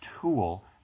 tool